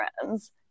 friends